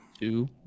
two